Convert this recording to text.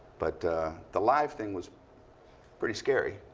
but the live thing was pretty scary,